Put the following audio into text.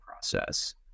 process